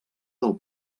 del